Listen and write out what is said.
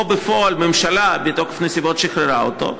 פה בפועל, הממשלה, בתוקף הנסיבות, שחררה אותו,